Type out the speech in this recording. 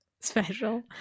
special